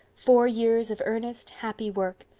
four years of earnest, happy work.